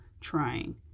trying